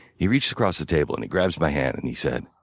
he reached across the table and he grabs my hand and he said,